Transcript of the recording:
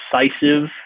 decisive